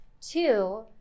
Two